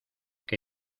que